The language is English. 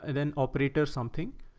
and then operator something.